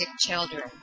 children